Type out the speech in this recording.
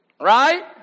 right